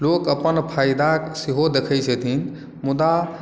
लोक अपन फायदा सेहो देखै छथिन मुदा